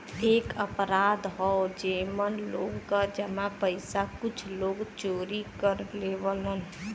एक अपराध हौ जेमन लोग क जमा पइसा कुछ लोग चोरी कर लेवलन